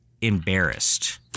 embarrassed